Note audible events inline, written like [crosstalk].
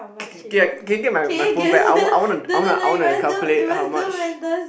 [noise] can you get my my phone back I want I wanna I wanna I wanna calculate how much